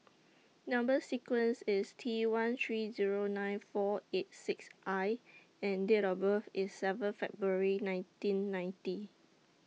Number sequence IS T one three Zero nine four eight six I and Date of birth IS seven February nineteen ninety